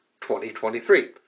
2023